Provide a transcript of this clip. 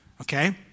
Okay